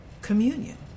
Communion